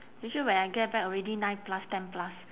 usually when I get back already nine plus ten plus